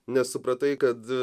nes supratai kad